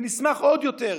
ונשמח עוד יותר,